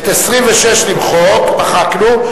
את 26 למחוק, מחקנו.